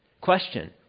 Question